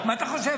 מה אתה חושב,